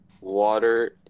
Water